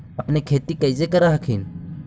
अपने खेती कैसे कर हखिन?